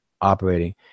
operating